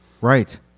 Right